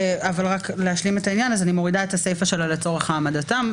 רק להשלים את העניין: אז אני מורידה את הסיפה שלו "לצורך העמדתם",